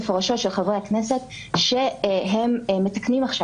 הרבה יותר גבוה מאשר הדרכים המוצעות עכשיו כי הוא ביטחון מספרי ממש.